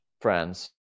friends